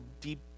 deep